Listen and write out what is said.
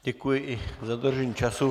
Děkuji i za dodržení času.